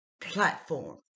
platform